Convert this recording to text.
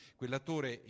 quell'attore